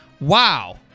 Wow